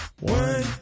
One